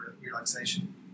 relaxation